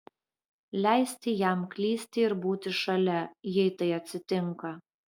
leisti jam klysti ir būti šalia jei tai atsitinka